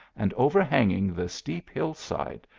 and overhanging the steep hill-side,